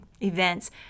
events